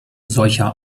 solcher